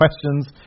questions